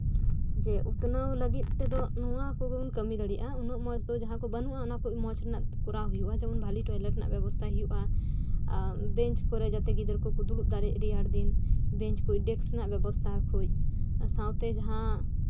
ᱡᱮ ᱩᱛᱱᱟᱹᱣ ᱞᱟᱹᱜᱤᱫ ᱛᱮᱫᱚ ᱱᱚᱣᱟ ᱠᱚᱜᱮ ᱵᱚᱱ ᱠᱟᱹᱢᱤ ᱫᱟᱲᱮᱭᱟᱜᱼᱟ ᱩᱱᱟᱹᱜ ᱫᱚ ᱵᱟᱹᱱᱩᱜᱼᱟ ᱡᱟᱸᱦᱟ ᱠᱚ ᱢᱚᱸᱡ ᱨᱮᱱᱟᱜ ᱠᱚᱨᱟᱣ ᱦᱩᱭᱩᱜᱼᱟ ᱡᱮᱢᱚᱱ ᱵᱷᱟᱹᱞᱤ ᱴᱚᱭᱞᱮᱴ ᱨᱮᱭᱟᱜ ᱵᱮᱵᱚᱥᱛᱷᱟᱭ ᱦᱩᱭᱩᱜᱼᱟ ᱵᱮᱧᱪ ᱠᱚᱨᱮᱜ ᱡᱟᱛᱮ ᱜᱤᱫᱽᱨᱟᱹ ᱠᱚᱠᱚ ᱫᱩᱬᱩᱵ ᱫᱟᱲᱮᱜ ᱨᱮᱭᱟᱜ ᱨᱮᱭᱟᱲ ᱫᱤᱱ ᱵᱮᱧᱪ ᱠᱚ ᱰᱮᱥᱠ ᱨᱮᱭᱟᱜ ᱵᱮᱵᱚᱥᱛᱷᱟ ᱠᱚᱡ ᱥᱟᱶᱛᱮ ᱡᱟᱸᱦᱟ